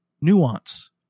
nuance